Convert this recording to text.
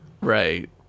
Right